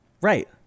right